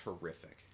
terrific